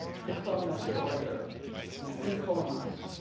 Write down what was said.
the colonial story, or decolonised.